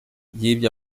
yibye